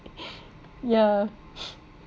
yeah